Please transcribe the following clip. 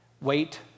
wait